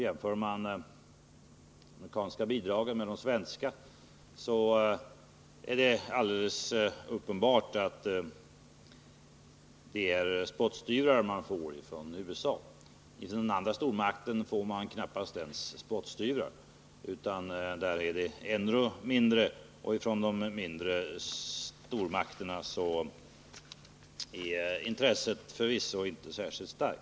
Jämför man de amerikanska bidragen med de svenska är det alldeles uppenbart att det man får från USA är spottstyvrar. Från den andra stormakten får man knappast ens spottstyvrar, utan där rör det sig om ännu mindre belopp, och när det gäller andra viktigare länder är intresset förvisso inte särskilt stort.